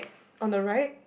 on the right